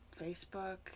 Facebook